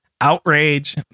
outrage